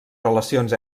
relacions